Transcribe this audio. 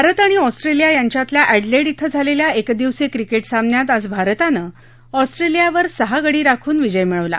भारत आणि ऑस्ट्रेलिया यांच्यातल्या एडलेड ॐ झालेल्या एकदिवसीय क्रिकेट सामन्यात आज भारतानं ऑस्ट्रेलियावर सहा गडी राखून विजय मिळवला